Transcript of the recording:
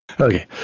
Okay